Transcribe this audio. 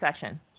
Session